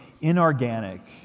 inorganic